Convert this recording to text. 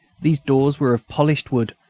these doors were of polished wood,